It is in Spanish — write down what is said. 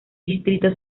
distrito